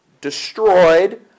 destroyed